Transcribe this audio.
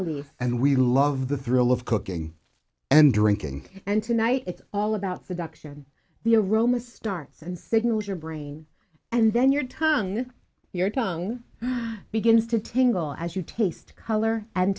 leaf and we love the thrill of cooking and drinking and tonight it's all about the ducks the aroma starts and signals your brain and then your tongue your tongue begins to tangle as you taste howler and